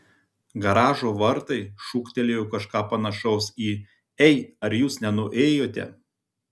garažo vartai šūktelėjo kažką panašaus į ei ar jūs nenuėjote